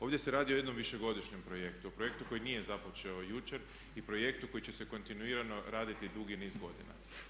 Ovdje se radi o jednom višegodišnjem projektu, projektu koji nije započeo jučer i projektu koji će se kontinuirano raditi dugi niz godina.